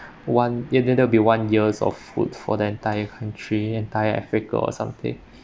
one yet that'll be one years of foods for the entire country entire africa or something